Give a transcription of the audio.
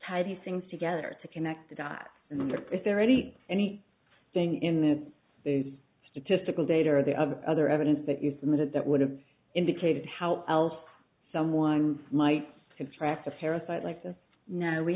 these things together to connect the dots is there any any thing in the statistical data or the other other evidence that you submitted that would have indicated how else someone might to